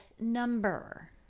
Number